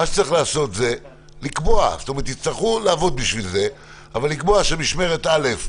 צריך לקבוע יצטרכו לעבוד בשביל זה אבל לקבוע שמשמרת א'